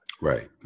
Right